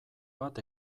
bat